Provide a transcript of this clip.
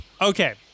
Okay